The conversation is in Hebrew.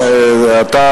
אדוני היושב-ראש.